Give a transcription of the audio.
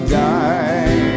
die